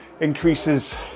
increases